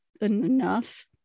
enough